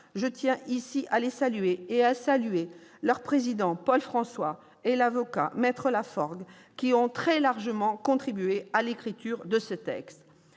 Je tiens ici à les saluer, ainsi que leur président, Paul François, et l'avocat M Lafforgue, qui ont très largement contribué à l'écriture de ce texte.